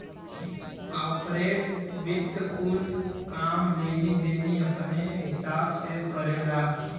corporate वित्त कुल काम लेनी देनी अपने हिसाब से करेला